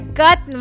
cut